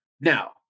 now